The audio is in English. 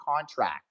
contract